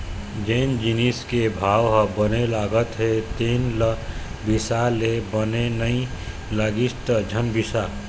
जेन जिनिस के भाव ह बने लागत हे तेन ल बिसा ले, बने नइ लागिस त झन बिसा